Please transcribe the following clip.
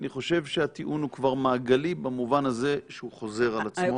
אני חושב שהטיעון הוא כבר מעגלי במובן הזה שהוא חוזר על עצמו.